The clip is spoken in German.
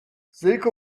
silke